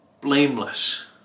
blameless